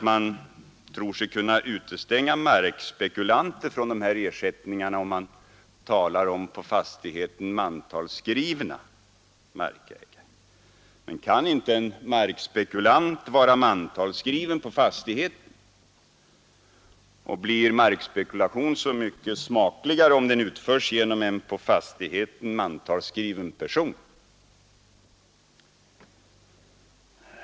Man tror sig kunna utestänga markspekulanter från dessa ersättningar genom att tala om på fastigheten mantalsskrivna ägare. Kan då inte en markspekulant vara mantalsskriven på fastigheten? Blir markspekulation så mycket smakligare om den utförs genom en på fastigheten mantalsskriven person?